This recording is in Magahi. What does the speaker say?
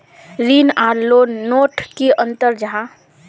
ऋण आर लोन नोत की अंतर जाहा?